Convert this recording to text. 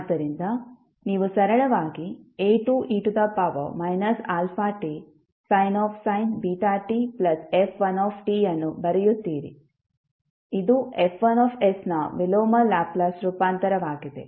ಆದ್ದರಿಂದ ನೀವು ಸರಳವಾಗಿ A2e αtsin βtf1 ಅನ್ನು ಬರೆಯುತ್ತೀರಿ ಇದು F1sನ ವಿಲೋಮ ಲ್ಯಾಪ್ಲೇಸ್ ರೂಪಾಂತರವಾಗಿದೆ